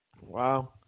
Wow